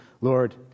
Lord